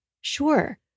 Sure